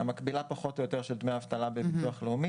זה המקבילה פחות או יותר של דמי אבטלה בביטוח הלאומי.